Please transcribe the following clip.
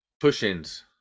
push-ins